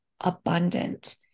abundant